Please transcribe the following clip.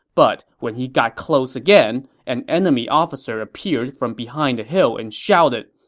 but when he got close again, an enemy officer appeared from behind a hill and shouted,